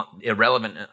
irrelevant